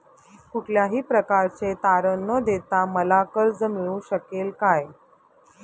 कुठल्याही प्रकारचे तारण न देता मला कर्ज मिळू शकेल काय?